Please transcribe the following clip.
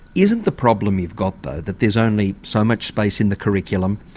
isn't the problem you've got, though, that there's only so much space in the curriculum,